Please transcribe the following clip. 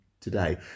today